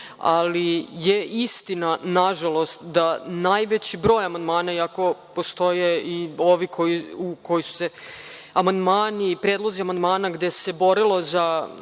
Ali je istina nažalost da najveći broj amandmana, iako postoje i ovi koji su se, amandmani, predlozi amandmana gde se borilo za